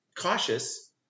cautious